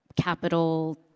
capital